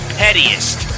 pettiest